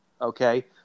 okay